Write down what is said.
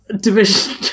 division